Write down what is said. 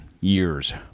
years